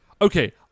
Okay